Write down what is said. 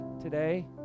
today